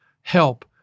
help